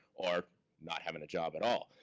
or not having a job at all.